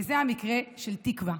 וזה המקרה של תקווה.